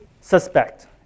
suspect